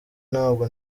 ntabwo